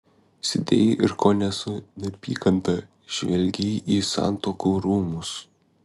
sėdėjai ir kone su neapykanta žvelgei į santuokų rūmus